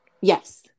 Yes